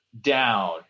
down